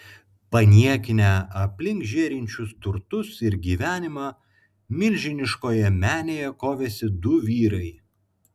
paniekinę aplink žėrinčius turtus ir gyvenimą milžiniškoje menėje kovėsi du vyrai